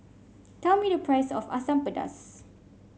tell me the price of Asam Pedas